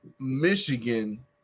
michigan